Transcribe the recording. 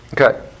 Okay